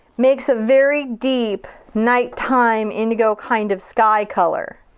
makes a very deep, night time indigo kind of sky color.